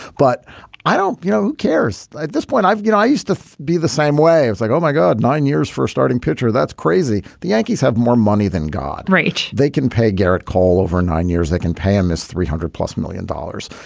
but i don't you know who cares at this point. i've got i used to be the same way as like, oh my god, nine years for starting pitcher. that's crazy. the yankees have more money than god. they can pay. garrett, call over nine years. they can pay him this three hundred plus million dollars.